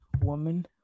woman